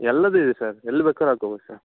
ಎಲ್ಲದು ಇದೆ ಸರ್ ಎಲ್ಲಿ ಬೇಕಾರು ಹಾಕೊಬೋದು ಸರ್